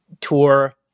tour